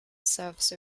service